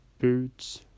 Boots